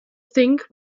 think